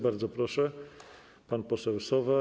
Bardzo proszę, pan poseł Sowa.